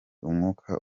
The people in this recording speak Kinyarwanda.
umwuka